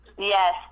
yes